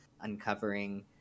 uncovering